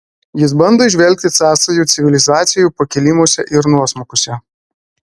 jis bando įžvelgti sąsajų civilizacijų pakilimuose ir nuosmukiuose